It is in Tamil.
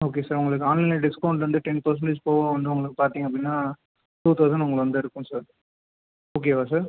ஓகே சார் உங்களுக்கு ஆன்லைன் டிஸ்கௌண்ட் வந்து டென் பர்சண்டேஜ் போக வந்து உங்களுக்கு பார்த்தீங்க அப்படின்னா டூ தௌசண்ட் உங்களுக்கு வந்து இருக்கும் சார் ஓகேவா சார்